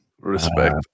Respect